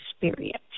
experience